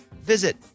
Visit